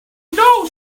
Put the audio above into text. know